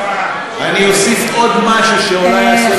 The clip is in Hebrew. אני אוסיף עוד משהו, שאולי יעשה לך טוב.